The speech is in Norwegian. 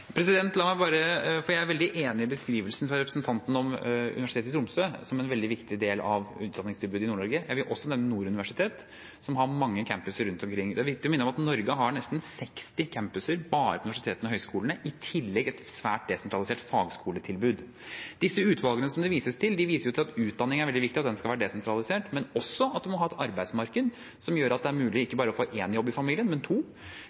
Jeg er veldig enig i beskrivelsen fra representanten om universitetet i Tromsø, som en veldig viktig del av utdanningstilbudet i Nord-Norge. Jeg vil også nevne Nord universitet, som har mange campuser rundt omkring. Det er viktig å minne om at Norge har nesten 60 campuser bare på universitetene og høyskolene, og i tillegg et svært desentralisert fagskoletilbud. De utvalgene som det vises til, viser til at utdanning er veldig viktig, og at den skal være desentralisert, men også at man må ha et arbeidsmarked som gjør at det er mulig ikke bare å få én jobb i familien, men to.